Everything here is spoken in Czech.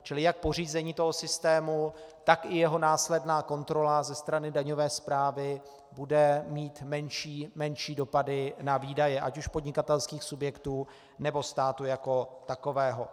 Čili jak pořízení toho systému, tak i jeho následná kontrola ze strany daňové správy bude mít menší dopady na výdaje ať už podnikatelských subjektů, nebo státu jako takového.